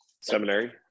seminary